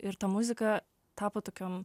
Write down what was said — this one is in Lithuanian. ir ta muzika tapo tokiom